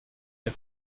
der